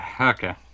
Okay